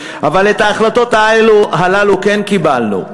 אבל את ההחלטות האלה כן קיבלנו,